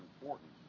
important